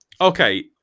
okay